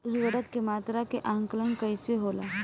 उर्वरक के मात्रा के आंकलन कईसे होला?